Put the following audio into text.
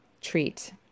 treat